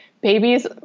babies